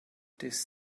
this